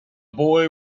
boy